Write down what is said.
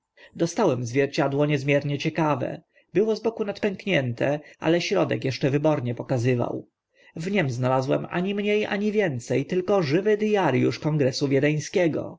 dostałem zwierciadło niezmiernie ciekawe było z boku nadpęknięte ale środek eszcze wybornie pokazywał w nim znalazłem ani mnie ani więce tylko żywy diariusz kongresu wiedeńskiego